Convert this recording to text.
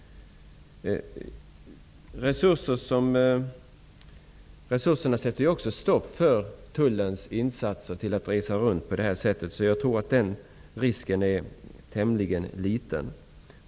Även resurserna sätter stopp för att tulltjänstemännen skulle kunna resa runt på detta sätt. Därför tror jag att den risken är tämligen liten.